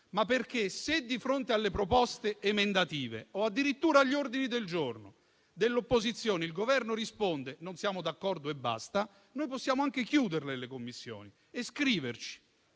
ma perché, se di fronte alle proposte emendative o addirittura agli ordini del giorno dell'opposizione, il Governo risponde "non siamo d'accordo e basta", noi possiamo anche chiuderle le Commissioni e scriverci